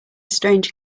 strange